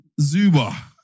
Zuba